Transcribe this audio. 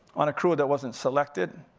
on a crew that wasn't selected,